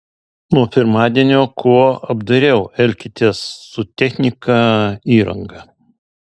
nuo pirmadienio kuo apdairiau elkitės su technika įranga